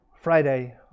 Friday